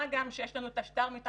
מה גם שיש לנו את --- הדיגיטלי.